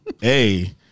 Hey